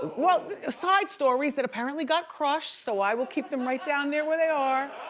well ah side stories that apparently got crushed. so i will keep them right down there where they are.